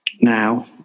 now